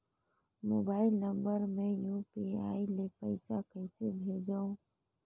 Mobile number मे UPI ले पइसा कइसे भेजवं?